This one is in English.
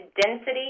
density